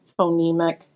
phonemic